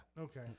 Okay